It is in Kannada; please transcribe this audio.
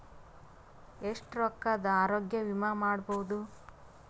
ಎಷ್ಟ ರೊಕ್ಕದ ಆರೋಗ್ಯ ವಿಮಾ ಮಾಡಬಹುದು?